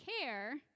care